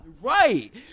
Right